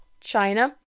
China